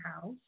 house